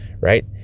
right